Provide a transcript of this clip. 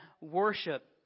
worship